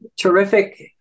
terrific